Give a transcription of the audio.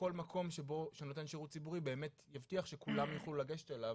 שכל מקום שנותן שירות ציבורי באמת יבטיח שכולם יוכלו לגשת אליו.